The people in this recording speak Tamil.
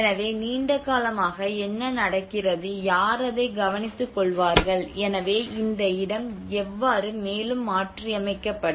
எனவே நீண்ட காலமாக என்ன நடக்கிறது யார் அதை கவனித்துக்கொள்வார்கள் எனவே இந்த இடம் எவ்வாறு மேலும் மாற்றியமைக்கப்படும்